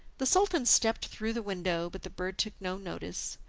the sultan stepped through the window, but the bird took no notice,